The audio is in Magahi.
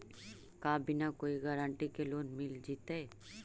का बिना कोई गारंटी के लोन मिल जीईतै?